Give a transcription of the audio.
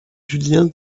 julien